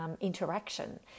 interaction